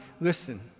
listen